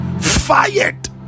fired